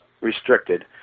restricted